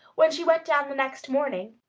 when she went down the next morning,